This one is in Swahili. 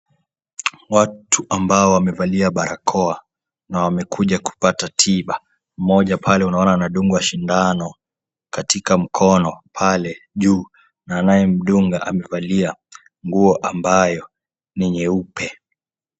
Watu ambao wamevalia barakoa na wamekuja kupata tiba. Mmoja pale unaona anadungwa sindano katika mkono pale juu na anayemdunga amevalia nguo ambayo ni nyeupe.